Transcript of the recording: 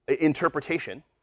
interpretation